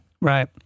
Right